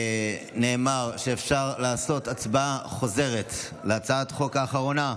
נאמר שאפשר לעשות הצבעה חוזרת על הצעת החוק האחרונה,